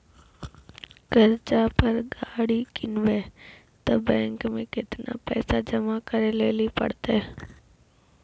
कर्जा पर गाड़ी किनबै तऽ बैंक मे केतना पैसा जमा करे लेली पड़त?